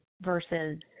versus